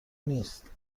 نیست